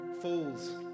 fools